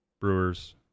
Brewers